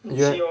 you eh